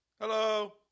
Hello